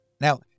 Now